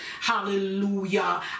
Hallelujah